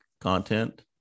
content